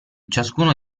ciascuno